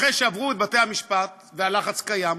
אחרי שעברו את בתי-המשפט, והלחץ קיים,